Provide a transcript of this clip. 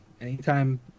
anytime